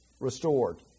restored